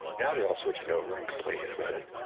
now they're all switching over and complaining about it.